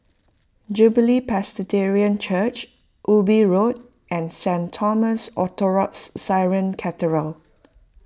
Jubilee Presbyterian Church Ubi Road and Saint Thomas Orthodox Syrian Cathedral